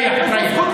אני מבקש ממך.